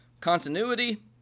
continuity